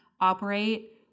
operate